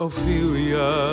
Ophelia